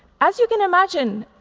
as you can imagine,